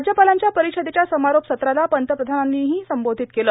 राज्यपालांच्या परिषदेच्या समारोप सत्राला पंतप्रधानांनीही संबोधित केलं